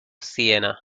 siena